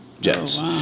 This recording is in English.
jets